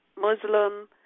Muslim